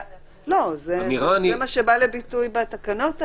לא, זה מה שבא לידי ביטוי בתקנות האלה,